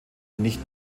nicht